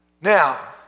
Now